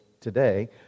today